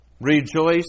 Rejoice